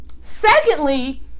secondly